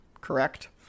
correct